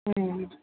ம்ம்